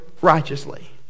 righteously